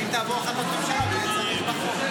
ואם תעבור בהחלטת ממשלה לא צריך את החוק.